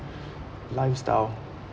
lifestyle